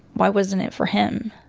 why wasn't it for him?